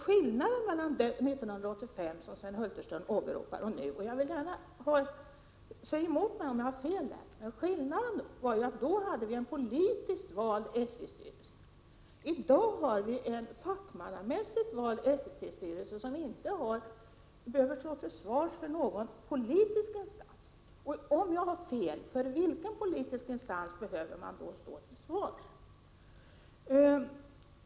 Skillnaden mellan 1985, ett årtal som Sven Hulterström åberopar, och nu — kommunikationsministern får gärna säga emot mig om jag har fel på den punkten — är ju att vi 1985 hade en politiskt vald SJ-styrelse, medan vi i dag har en fackmannamässigt vald SJ-styrelse, som inte behöver stå till svars inför någon politisk instans. Om jag har fel på den punkten, vill jag fråga: Inför vilken politisk instans får man då stå till svars?